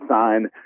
sign